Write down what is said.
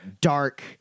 dark